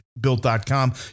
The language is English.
Built.com